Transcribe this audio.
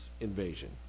invasion